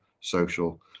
social